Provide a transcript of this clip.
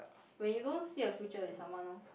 when you don't see your future with someone loh